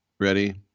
Ready